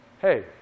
Hey